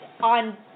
on